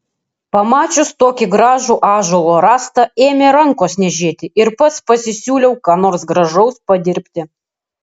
pamačius tokį gražų ąžuolo rąstą ėmė rankos niežėti ir pats pasisiūliau ką nors gražaus padirbti